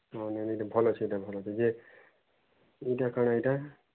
ହଁ ନାଇଁ ନାଇଁ ଏଇଟା ଭଲ୍ ଅଛି ଭଲ୍ ଅଛି ଯେ ଏଇଟା କ'ଣ ଏଇଟା